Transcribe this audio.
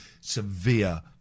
severe